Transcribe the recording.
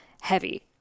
heavy